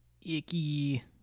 icky